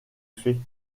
fait